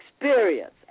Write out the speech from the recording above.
experience